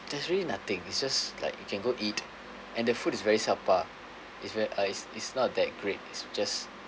there's really nothing it's just like you can go eat and the food is very subpar is ver~ uh is is not that great it's just